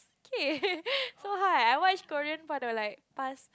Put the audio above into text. okay so high why Korean part of like pass